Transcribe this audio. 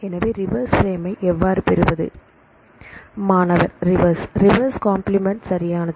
எனவே ரிவர்ஸ் பிரேம்மை எவ்வாறு பெறுவது மாணவர்ரிவர்ஸ் ரிவர்ஸ் கம்பிளிமெண்ட் சரியானது